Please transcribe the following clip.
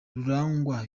rurangwa